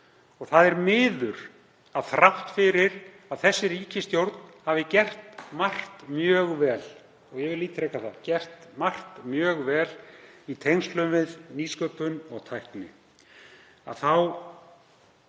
Það er miður að þrátt fyrir að þessi ríkisstjórn hafi gert margt mjög vel, og ég vil ítreka það, í tengslum við nýsköpun og tækni,